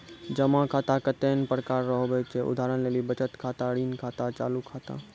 जमा खाता कतैने प्रकार रो हुवै छै उदाहरण लेली बचत खाता ऋण खाता चालू खाता